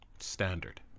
standard